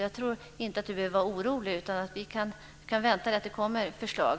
Jag tror inte att Maria Wetterstrand behöver vara orolig. Det kommer förslag.